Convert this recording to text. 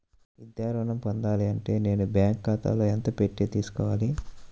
విద్యా ఋణం పొందాలి అంటే నేను బ్యాంకు ఖాతాలో ఎంత పెట్టి తీసుకోవాలి?